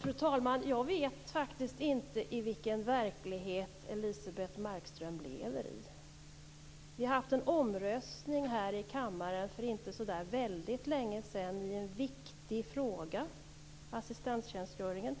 Fru talman! Jag vet faktiskt inte i vilken verklighet Elisebeht Markström lever. Vi har haft en omröstning här i kammaren för inte så väldigt länge sedan i en viktig fråga, assistanstjänstgöringen.